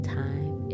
time